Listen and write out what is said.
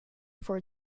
for